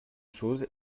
chose